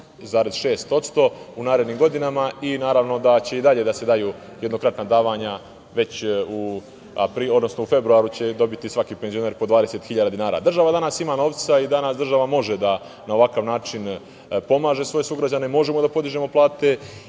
5,6% u narednim godinama i naravno da će i dalje da se daju jednokratna davanja. U februaru će dobiti svaki penzioner po 20.000 dinara. Država danas ima novca i danas država može da na ovakav način pomaže svoje sugrađane. Možemo da podižemo plate